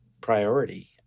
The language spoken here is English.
priority